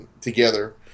together